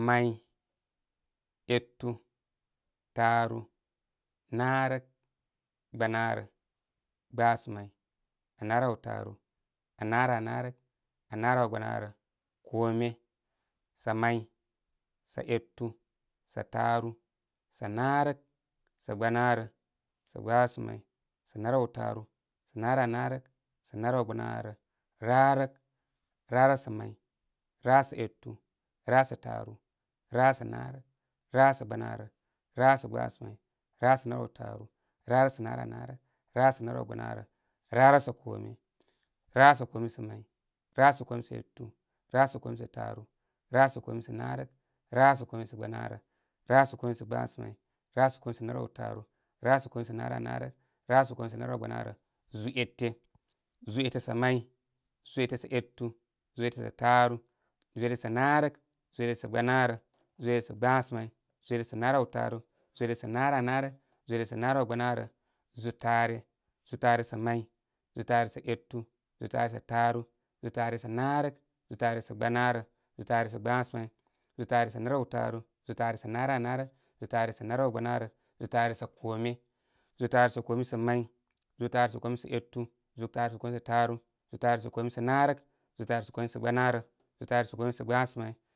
May etu taaru, naarək gbanaarə gbasəmay, anarawtaaru, anara narək, an arawgbanaarə kome. Samay, sa etu sa taaru, sa naarək, sa gbanaarə, sa gbasa may, sa naraw taaru, sa nara naarək, sa sa narawgbanaarə, rarək. Rarək sa may, varək sa etu, rarək sa taaru, rarəks naarod rarək sa gbanarə, rarək sa gbasagbasa may, rarək sa naraw taatu, rarək sa nara naarək, rarək sa naraw gbanaarə, rarək s akome. Rarəksa kome samay, rarək sa kome sa etu, rarək sa kome sa taaru, rarəksa koem sa naarək, rarək sa kome sa gbanarə, varək sa kome sagbasamay. k rarək sa kome sa naraw taaru, rarəksa kome sa naraw narək, rarək sa kome sa naraw gba naarə, zūū ete. Zūū ete sa may, zūū ete sa etu, zūū ete sa taaru, zūū ete sa haarək, zūū ete sa gbanaarə, zau ete sa gbasa may, zūū ete sa naraw taary, zūū ete sa naranaarək, zūū ete sa naraw gbanaarə, zūū taare, zūū taare sa may, zūū taa resa etu, zūū taare so taaru, zūūtaare sa naarək, zūū taare sa gbanaarə, zūū taare sa gbasamay, zuu taare sa narawtaaru, zūū taare sa naranararək, zūū taaresa narawgba naarə, zūū taare sa kome. Zūū taare sa kome sa may, zūū taare sa kome sa etu, zūū taare sa kome sataaru, zūū taare sa kome sa naarək, zūū taare sa kome sa gbanaarə zūū taare sa koma sa gbasamay.